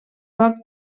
pot